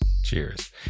Cheers